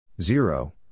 Zero